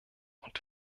und